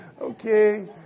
Okay